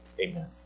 Amen